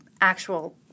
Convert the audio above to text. actual